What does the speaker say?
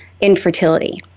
infertility